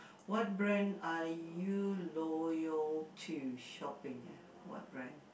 what brand are you loyal to shopping what brand